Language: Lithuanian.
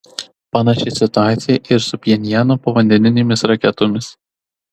panaši situacija ir su pchenjano povandeninėmis raketomis